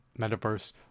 metaverse